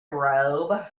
robe